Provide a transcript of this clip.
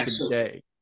today